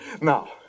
Now